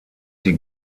die